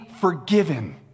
forgiven